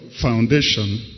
foundation